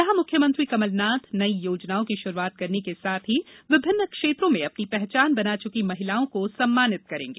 यहां मुख्यमंत्री कमलनाथ नई योजनाओं को शुरूआत करने के साथ ही विभिन्न क्षेत्रों में अपनी पहचान बना चुकी महिलाओं को सम्मानित करेंगे